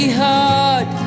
hard